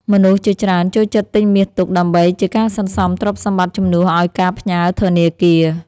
មនុស្សជាច្រើនចូលចិត្តទិញមាសទុក ដើម្បីជាការសន្សំទ្រព្យសម្បត្តិជំនួសឱ្យការផ្ញើធនាគារ។